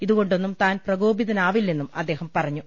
ഇതുകൊണ്ടൊന്നും താൻ പ്രകോപിതനാവി ല്ലെന്നും അദ്ദേഹം പറഞ്ഞു